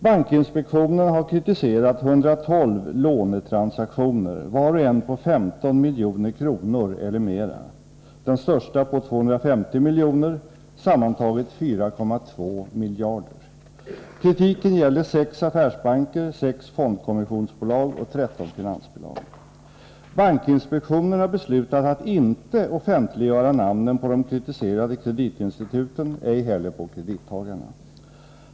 Bankinspektionen har kritiserat 112 lånetransaktioner, var och en på 15 milj.kr. eller mera, den största på 250 milj.kr., sammantaget 4,2 miljarder kronor. Kritiken gäller sex affärsbanker, sex fondkommissionsbolag och tretton finansbolag. Bankinspektionen har beslutat att inte offentliggöra namnen på de kritiserade kreditinstituten, ej heller på kredittagarna.